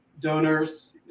donors